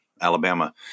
Alabama